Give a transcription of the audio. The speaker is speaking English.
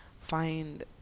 find